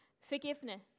Forgiveness